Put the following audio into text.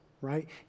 right